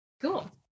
Cool